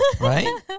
Right